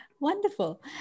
Wonderful